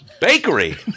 Bakery